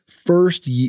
first